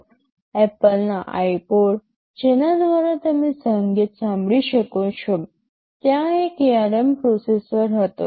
Apple નાં iPod જેના દ્વારા તમે સંગીત સાંભળી શકો છો ત્યાં એક ARM પ્રોસેસર હતો